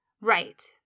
right